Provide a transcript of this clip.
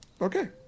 okay